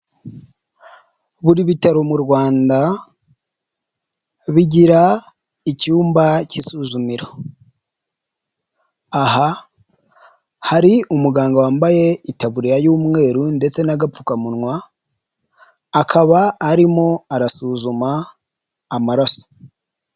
Buri bitaro mu rwanda bigira icyumba cy'izumira. aha hari umuganga wambaye itaburiya y'umweru ndetse n'agapfukamunwa akaba arimo arasuzuma amaraso.